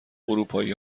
اروپایی